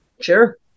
Sure